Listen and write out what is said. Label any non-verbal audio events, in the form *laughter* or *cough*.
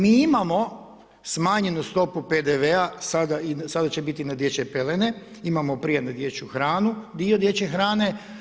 Mi imamo smanjenju stopu PDV-a sada će biti i na dječje pelene, imamo ... *unintelligible* na dječju hranu, dio dječje hrane.